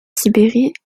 sibérie